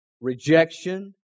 rejection